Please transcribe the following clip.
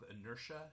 inertia